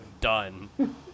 done